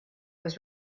was